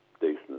decent